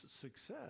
success